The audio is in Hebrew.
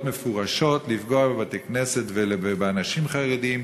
מפורשות לפגוע בבתי-כנסת ובאנשים חרדים,